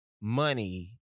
money